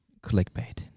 clickbait